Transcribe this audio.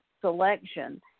selection